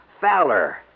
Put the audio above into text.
Fowler